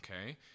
Okay